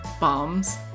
bombs